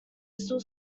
still